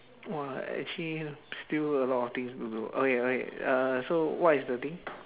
!wah! actually here still a lot of things to do okay okay uh so what is the thing